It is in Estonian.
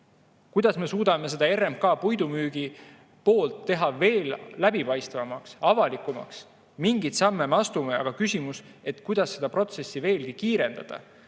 kuidas me suudaksime RMK puidumüügi poolt teha veel läbipaistvamaks, avalikumaks. Mingeid samme me astume, aga küsimus on, kuidas seda protsessi veelgi kiirendada.